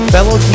Fellow